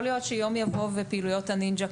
יכול להיות שיום יבוא ופעילויות הנינג'ה,